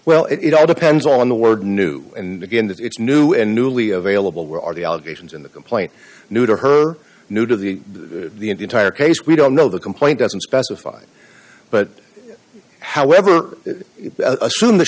well it all depends on the word new and again that it's new and newly available where are the allegations in the complaint new to her new to the to the entire case we don't know the complaint doesn't specify but however assume th